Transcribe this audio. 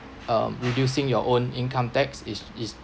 um reducing your own income tax is is